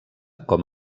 com